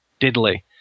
diddly